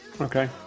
Okay